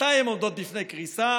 מתי הן עומדות בפני קריסה?